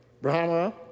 Brahma